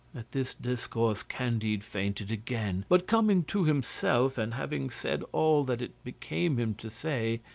at this discourse candide fainted again but coming to himself, and having said all that it became him to say,